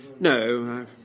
No